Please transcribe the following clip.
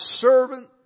servant